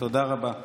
תודה רבה.